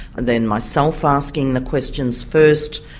then myself asking the questions first.